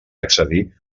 accedir